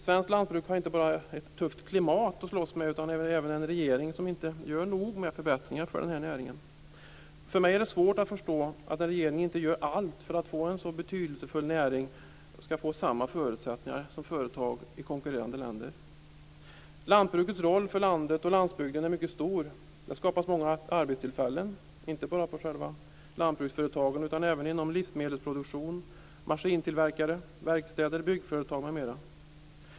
Svenskt lantbruk har inte bara ett tufft klimat att slåss mot utan även en regering som inte gör nog med förbättringar för den här näringen. För mig är det svårt att förstå att en regering inte gör allt för att en så betydelsefull näring skall få samma förutsättningar som företag i konkurrerande länder. Lantbrukets roll för landet och landsbygden är mycket stor. Det skapar många arbetstillfällen, inte bara på själva lantbruksföretagen utan även inom livsmedelsproduktion, maskintillverkning, verkstäder, byggföretag m.m.